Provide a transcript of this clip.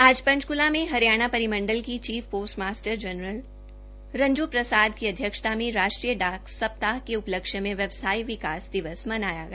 आज पंचक्ला में हरियाणा परिमडलं के chief postmaster general Ranju Prasad की अध्यक्षता में राष्ट्रीय डाक सप्ताह के उपलक्ष्य में व्यवसाय विकास दिवस मनाया गया